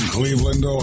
Cleveland